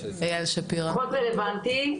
פחות רלוונטי.